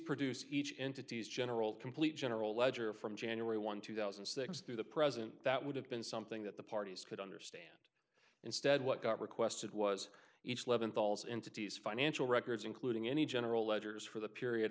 produce each entity as general complete general ledger from january one two thousand and six through the president that would have been something that the parties could understand instead what got requested was each leventhal is into t's financial records including any general ledgers for the period